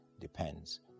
depends